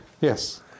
Yes